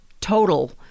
total